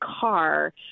car